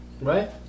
right